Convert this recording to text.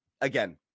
again